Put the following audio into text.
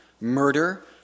murder